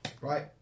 Right